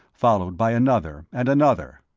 followed by another and another.